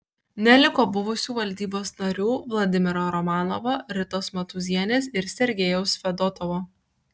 neliko buvusių valdybos narių vladimiro romanovo ritos matūzienės ir sergejaus fedotovo